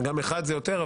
גם אחד זה יותר,